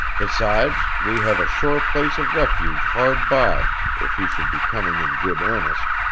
besides we have a sure place of refuge hard by if he should be coming in good earnest